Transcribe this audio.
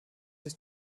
sich